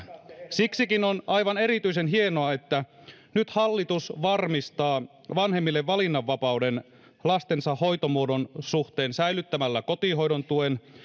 siksikin on aivan erityisen hienoa että nyt hallitus varmistaa vanhemmille valinnanvapauden lastensa hoitomuodon suhteen säilyttämällä kotihoidon tuen